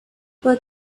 but